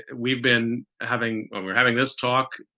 and we've been having we're having this talk.